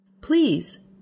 Please